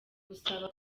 busaba